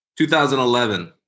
2011